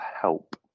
help